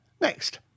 Next